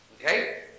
Okay